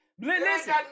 Listen